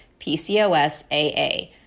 PCOSAA